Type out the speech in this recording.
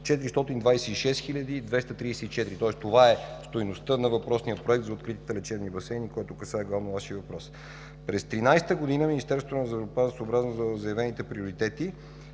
234 лв., тоест това е стойността на въпросния проект за откритите лечебни басейни, което касае главно Вашия въпрос. През 2013 г. Министерството на здравеопазването, съобразно заявените приоритети